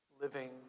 living